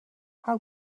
how